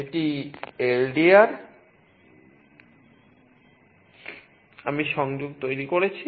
এটি LDR আমি সংযোগ তৈরি করেছি